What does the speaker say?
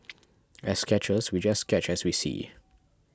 as sketchers we just sketch as we see